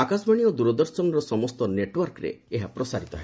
ଆକାଶବାଣୀ ଓ ଦୂରଦର୍ଶନର ସମସ୍ତ ନେଟୱାର୍କରେ ଏହା ପ୍ରସାରିତ ହେବ